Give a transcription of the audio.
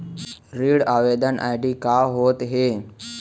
ऋण आवेदन आई.डी का होत हे?